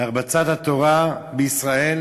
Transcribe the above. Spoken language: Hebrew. בהרבצת התורה בישראל